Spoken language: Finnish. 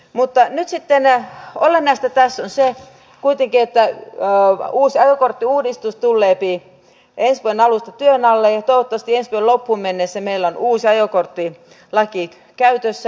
mutta nyt sitten olennaista tässä on se kuitenkin että uusi ajokorttiuudistus tulee ensi vuoden alusta työn alle ja toivottavasti ensi vuoden loppuun mennessä meillä on uusi ajokorttilaki käytössä